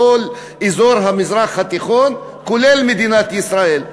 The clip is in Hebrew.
כל אזור המזרח התיכון כולל מדינת ישראל.